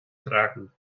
tragen